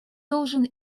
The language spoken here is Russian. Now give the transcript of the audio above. должен